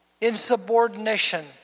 insubordination